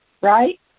right